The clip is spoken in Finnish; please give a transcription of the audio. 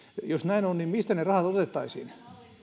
jos näin on niin mistä ne rahat otettaisiin